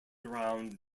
around